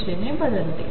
दिशेनेबदलते